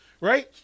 right